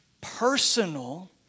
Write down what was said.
personal